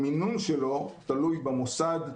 המינון שלו תלוי במוסד,